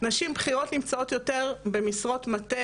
נשים בכירות נמצאות יותר במשרות מטה,